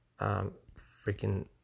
freaking